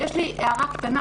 יש לי הערה קטנה,